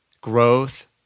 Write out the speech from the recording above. growth